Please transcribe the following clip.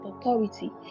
authority